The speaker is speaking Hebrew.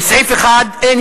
לסעיף 1 אין